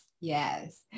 Yes